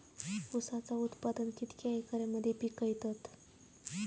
ऊसाचा उत्पादन कितक्या एकर मध्ये पिकवतत?